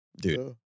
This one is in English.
dude